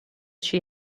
she